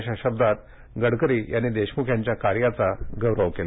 अशा शब्दात गडकरी यांनी देशमुख यांच्या कार्याचा गैरव केला